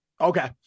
Okay